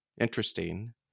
interesting